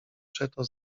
przeto